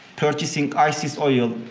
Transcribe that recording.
purchasing isis oil,